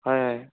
হয় হয়